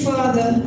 Father